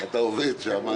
אתה עובד שם.